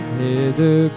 hither